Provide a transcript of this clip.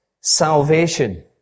salvation